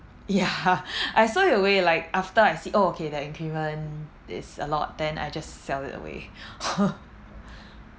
ya I sold it away like after I see okay their increment is a lot then I just sell it away